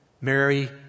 Mary